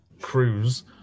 cruise